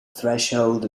threshold